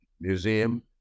museum